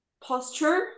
posture